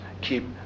keep